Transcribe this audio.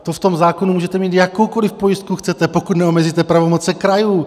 To v tom zákonu můžete mít, jakoukoliv pojistku chcete, pokud neomezíte pravomoci krajů.